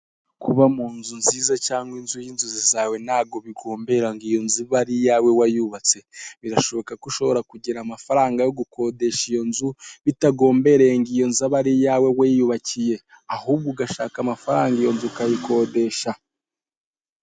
Kuba mu nzu nziza cyangwa inzu y'inzozi zawe, ntabwo bigombera ngo iyo nzu ibe iyawe wayubatse, birashoboka ko ushobora kugira amafaranga yo gukodesha iyo nzu, bitagombereye ngo iyo nzu abe ari iyawe wiyubakiye, ahubwo ugashaka amafaranga iyo nzu ukayikodesha.